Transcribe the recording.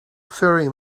fairy